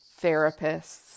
therapists